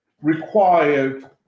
required